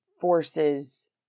forces